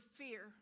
fear